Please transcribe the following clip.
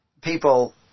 people